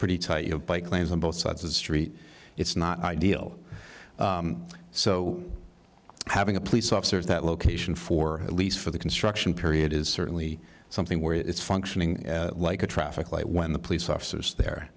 pretty tight you have bike lanes on both sides of the street it's not ideal so having a police officer at that location for at least for the construction period is certainly something where it's functioning like a traffic light when the police officers there